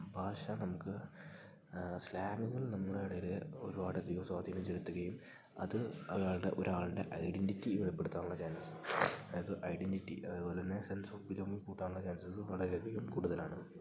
ഭാഷ നമുക്ക് സ്ലാങ്ങുകൾ നമ്മുടെ ഇടയില് ഒരുപാടധികം സ്വാധീനം ചെലുത്തുകയും അത് അയാളുടെ ഒരാളുടെ ഐഡന്റിറ്റി വെളിപ്പെടുത്താനുള്ള ചാൻസ് അതായത് ഐഡന്റിറ്റി അതേപോലെതന്നെ സെൻസ് ഓഫ് ബിലോങ്ങിംഗ് കൂട്ടാനുള്ള ചാൻസസ് വളരെയധികം കൂടുതലാണ്